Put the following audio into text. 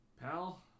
pal